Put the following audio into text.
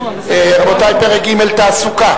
רבותי, פרק ג': תעסוקה.